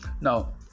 Now